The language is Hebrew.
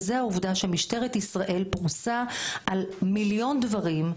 וזה העובדה שמשטרת ישראל פרוסה על מיליון דברים,